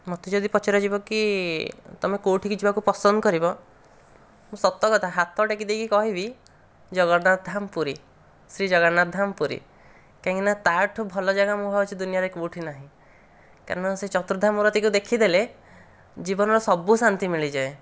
ମୋତେ ଯଦି ପଚରା ଯିବ କି ତୁମେ କେଉଁଠିକି ଯିବାକୁ ପସନ୍ଦ କରିବ ମୁଁ ସତକଥା ହାତ ଟେକିଦେଇକି କହିବି ଜଗନ୍ନାଥ ଧାମ ପୁରୀ ଶ୍ରୀ ଜଗନ୍ନାଥ ଧାମ ପୁରୀ କାହିଁକି ନା ତା ଠାରୁ ଭଲ ଜାଗା ମୁଁ ଭାବୁଛି ଦୁନିଆରେ କେଉଁଠି ନାହିଁ କାରଣ ସେ ଚତୁର୍ଦ୍ଧାମ ମୂର୍ତିକୁ ଦେଖିଦେଲେ ଜୀବନର ସବୁ ଶାନ୍ତି ମିଳିଯାଏ